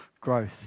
growth